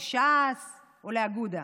לש"ס או לאגודה.